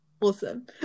awesome